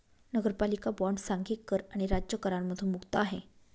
नगरपालिका बॉण्ड सांघिक कर आणि राज्य करांमधून मुक्त आहे